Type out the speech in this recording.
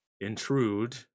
intrude